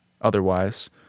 otherwise